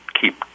keep